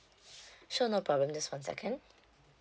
sure no problem just one second